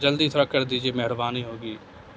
جلدی تھوڑا کر دیجیے مہربانی ہوگی